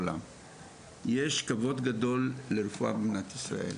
יש כבוד גדול לרפואה במדינת ישראל,